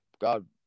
God